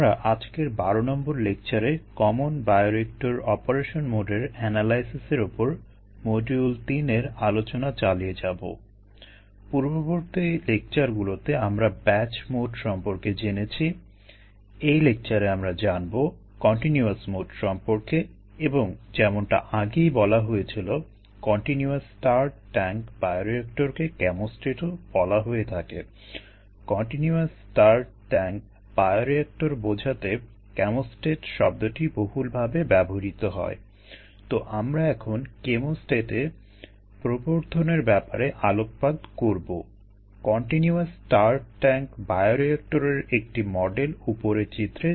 আমরা আজকের ১২ নম্বর লেকচারে কমন অর্থাৎ যে তরলে কোষগুলোর প্রবৃদ্ধি ঘটে